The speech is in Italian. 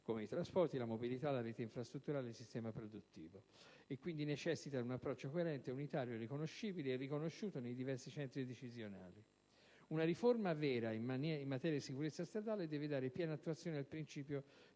quali i trasporti e la mobilità, la rete infrastrutturale, il sistema produttivo. Essa necessita quindi di un approccio coerente, unitario, riconoscibile e riconosciuto nei diversi centri decisionali. Una riforma vera in materia di sicurezza stradale deve dare piena attuazione al principio